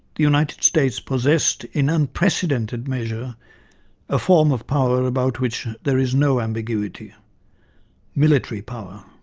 the united states possessed in unprecedented measure a form of power about which there is no ambiguity military power.